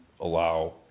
allow